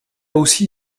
aussi